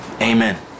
Amen